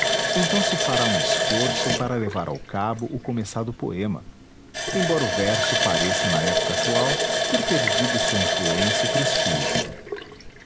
então se fará um esforço para levar ao cabo o começado poema embora o verso pareça na época atual ter perdido sua influência e prestígio